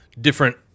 different